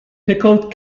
pickled